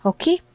Okay